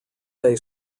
day